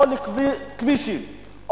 או כבישים.